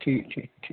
ਜੀ ਜੀ ਜੀ